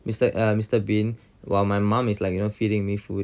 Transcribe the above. mister uh mister bean while my mum is like feeding me food